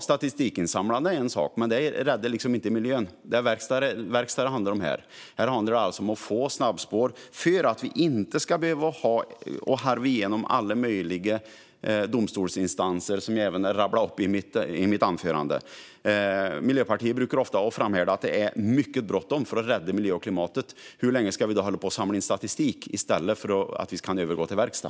Statistikinsamlande är en sak, men det räddar liksom inte miljön. Det är verkstad det handlar om här. Här handlar det alltså om att få ett snabbspår för att vi inte ska behöva harva igenom i alla möjliga domstolsinstanser som jag rabblade upp i mitt anförande. Miljöpartiet brukar ofta framhärda att det är mycket bråttom att rädda miljön och klimatet. Hur länge ska vi då hålla på och samla in statistik i stället för att övergå till verkstad?